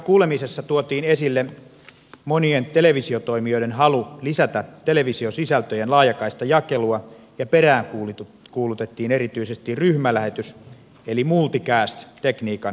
asiantuntijakuulemisessa tuotiin esille monien televisiotoimijoiden halu lisätä televisiosisältöjen laajakaistajakelua ja peräänkuulutettiin erityisesti ryhmälähetys eli multicast tekniikan käyttöönoton tarvetta